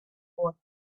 would